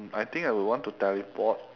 I think I would want to teleport